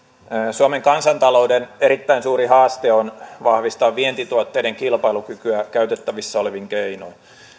suomen kansantalouden erittäin suuri haaste on vahvistaa vientituotteiden kilpailukykyä käytettävissä olevin keinoin